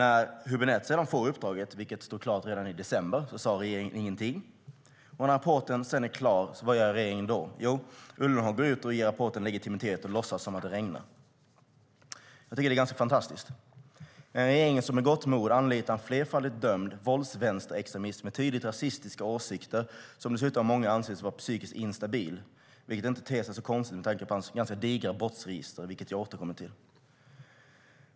När Hübinette sedan fick uppdraget, vilket stod klart redan i december, sade regeringen ingenting. Och när rapporten sedan är klar - vad gör regeringen då? Jo, Ullenhag går ut och ger rapporten legitimitet och låtsas som att det regnar. Jag tycker att det är ganska fantastiskt.